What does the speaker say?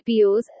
IPOs